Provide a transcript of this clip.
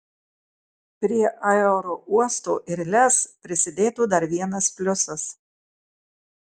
prie aerouosto ir lez prisidėtų dar vienas pliusas